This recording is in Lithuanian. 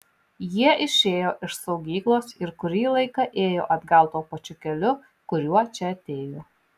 jie išėjo iš saugyklos ir kurį laiką ėjo atgal tuo pačiu keliu kuriuo čia atėjo